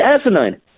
asinine